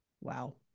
Wow